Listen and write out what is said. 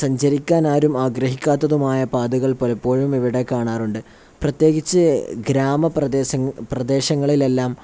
സഞ്ചരിക്കാനാരും ആഗ്രഹിക്കാത്തതുമായ പാതകൾ പലപ്പോഴും ഇവിടെ കാണാറുണ്ട് പ്രത്യേകിച്ച് ഗ്രാമ പ്രദേശങ്ങളിലെല്ലാം